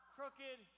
Crooked